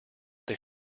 they